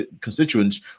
constituents